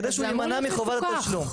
כדי שהוא יימנע מחובת התשלום.